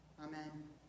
Amen